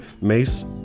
Mace